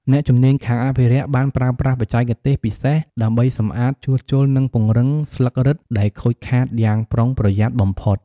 អ្នកជំនាញខាងអភិរក្សបានប្រើប្រាស់បច្ចេកទេសពិសេសដើម្បីសម្អាត ជួសជុល និងពង្រឹងស្លឹករឹតដែលខូចខាតយ៉ាងប្រុងប្រយ័ត្នបំផុត។